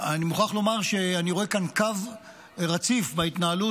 אני מוכרח לומר שאני רואה כאן קו רציף בהתנהלות